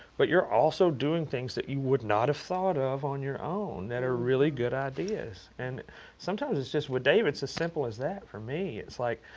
but you're also doing things that you would not have thought of on your own that are really good ideas. and sometimes it's just, with dave, it's as simple as that for me. it's, like,